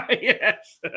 Yes